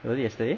was it yesterday